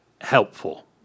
helpful